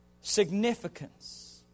significance